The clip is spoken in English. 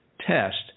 test